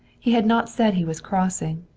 he had not said he was crossing,